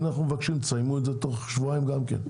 אנחנו מבקשים תסיימו את זה תוך שבועיים גם כן,